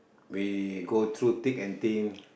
we go through thick and thin